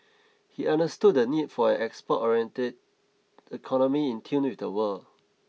he understood the need for an export oriented economy in tune with the world